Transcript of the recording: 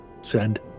Send